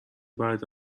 بعد